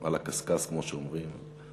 על הקשקש, כמו שאומרים.